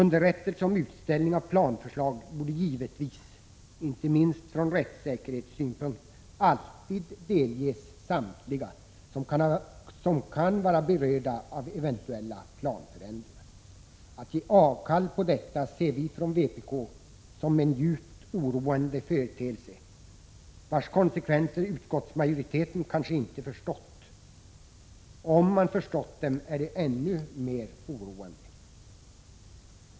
Underrättelse om utställning om planförslag borde givetvis — inte minst från rättssäkerhetssynpunkt — alltid delges samtliga som kan vara berörda av eventuella planförändringar. Att ge avkall på detta ser vi från vpk som en djupt oroande företeelse, vars konsekvenser utskottsmajoriteten kanske inte förstått. Om man förstått dem är det ännu mera oroande.